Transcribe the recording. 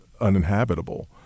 uninhabitable